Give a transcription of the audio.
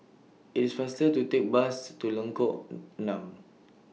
IT IS faster to Take Bus to Lengkok Enam